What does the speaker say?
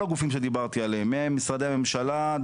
הגופים שדיברתי עליהם ממשרדי הממשלה,